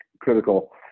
critical